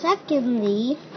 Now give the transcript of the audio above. Secondly